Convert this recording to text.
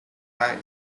time